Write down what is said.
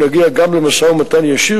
נגיע גם למשא-ומתן ישיר,